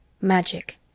Magic